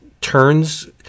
turns